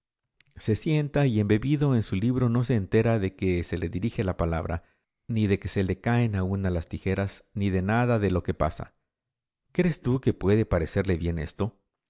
se sienta y embebido en su libro no se entera de que se le dirige la palabra ni de que se le caen a una las tijeras ni de nada de lo que pasa crees tú que puede parecerle bien esto